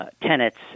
tenets